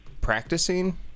practicing